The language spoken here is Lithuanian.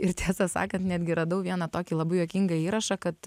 ir tiesą sakant netgi radau vieną tokį labai juokingą įrašą kad